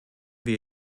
wir